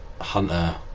Hunter